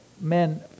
men